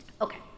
Okay